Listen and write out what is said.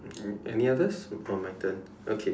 and any others or my turn okay